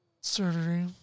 surgery